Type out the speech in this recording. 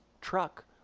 truck